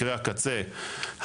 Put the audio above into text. מקרי הקצה,